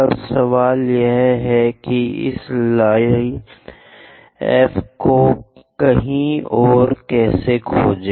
अब सवाल यह है कि इस लाइन एफ को कहीं और कैसे खोजें